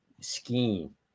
scheme